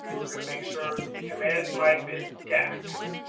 we're going to make sure command type is dax.